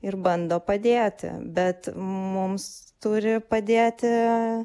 ir bando padėti bet mums turi padėti